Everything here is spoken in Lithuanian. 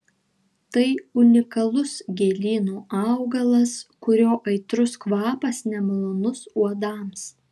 tai unikalus gėlyno augalas kurio aitrus kvapas nemalonus uodams